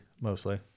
mostly